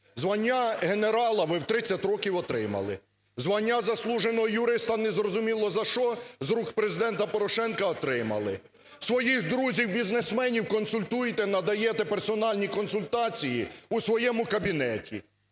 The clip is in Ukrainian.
Звання генерала, ви в 30 років отримали. Звання "Заслуженого юриста", не зрозуміло за що, з рук Президента Порошенка, отримали. Своїх друзів бізнесменів консультуєте, надаєте персональні консультації у своєму кабінеті.